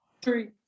three